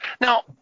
Now